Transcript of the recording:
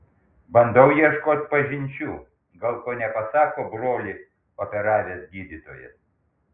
bandau ieškot pažinčių gal ko nepasako brolį operavęs gydytojas